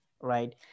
right